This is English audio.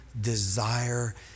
desire